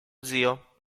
zio